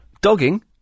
Dogging